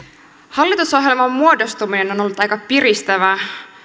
hallitusohjelman muodostuminen on ollut aika piristävää